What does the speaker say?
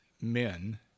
men